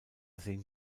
sehen